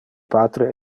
patre